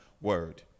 word